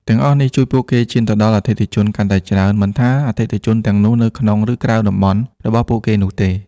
ទាំងអស់នេះ ជួយពួកគេឈានទៅដល់អតិថិជនកាន់តែច្រើន មិនថាអតិថិជនទាំងនោះនៅ ក្នុង ឬក្រៅតំបន់ របស់ពួកគេនោះទេ។